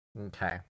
Okay